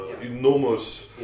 enormous